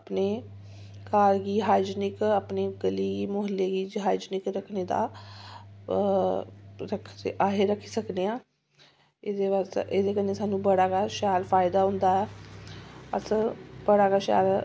अपने घर गी हाईजीनक ग'ली म्हल्ले गी हाईजीनक रक्खने दा अस रक्खी सकने आं एह्दे बास्तै एह्दे कन्नै सानूं बड़ा गै शैल फायदा होंदा अस बड़ा गै शैल